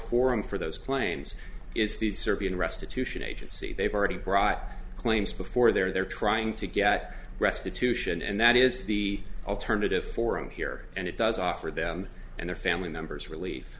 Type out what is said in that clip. forum for those claims is the serbian restitution agency they've already brought claims before they're trying to get restitution and that is the alternative forum here and it does offer them and their family members relief